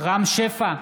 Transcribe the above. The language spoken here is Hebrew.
רם שפע,